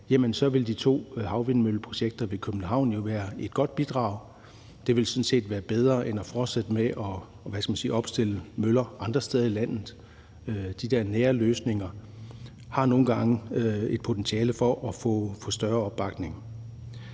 så vil de to havvindmølleprojekter ved København jo være et godt bidrag. Det ville sådan set være bedre end at fortsætte med at opstille møller andre steder i landet. De der nære løsninger har nogle gange et potentiale for at få større opbakning.